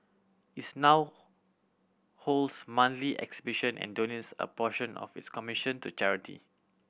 its now holds monthly exhibition and donates a portion of its commission to charity